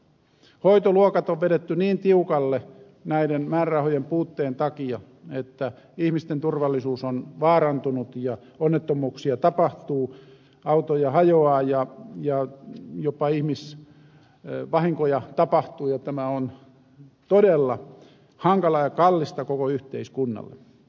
hoitoluokat on vedetty niin tiukalle määrärahojen puutteen takia että ihmisten turvallisuus on vaarantunut onnettomuuksia tapahtuu autoja hajoaa ja jopa ihmisvahinkoja tapahtuu ja tämä on todella hankalaa ja kallista koko yhteiskunnalle